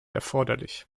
erforderlich